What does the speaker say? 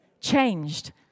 changed